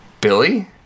Billy